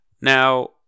Now